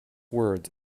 words